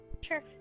Sure